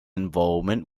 involvement